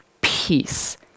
peace